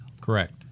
Correct